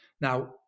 Now